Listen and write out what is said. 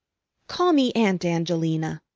call me aunt angelina,